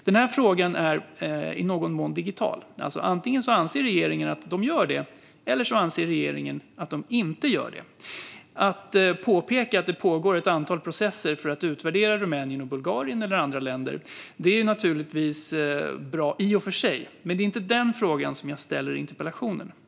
Den frågan är i någon mån digital. Antingen anser regeringen att agerandet gör det eller så anser regeringen att det inte gör det. Att påpeka att det pågår ett antal processer för att utvärdera Rumänien, Bulgarien eller andra länder är naturligtvis bra i och för sig. Men det är inte den frågan som jag ställer i interpellationen.